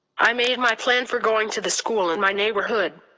i made my plan for going to the school in my neighborhood.